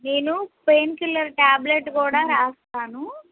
నేను pain killer tablet కూడా రాస్తాను